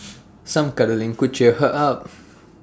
some cuddling could cheer her up